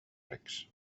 recs